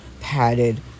padded